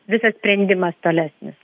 visas sprendimas tolesnis